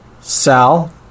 Sal